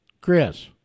Chris